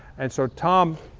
and so tom